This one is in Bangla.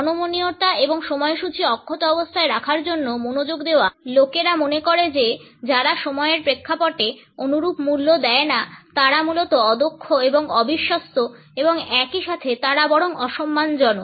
অনমনীয়তা এবং সময়সূচী অক্ষত অবস্থায় রাখার জন্য মনোযোগ দেওয়া লোকেরা মনে করে যে যারা সময়ের প্রেক্ষাপটে অনুরূপ মূল্য দেয়না তারা মূলত অদক্ষ এবং অবিশ্বস্ত এবং একই সাথে তারা বরং অসম্মানজনক